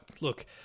look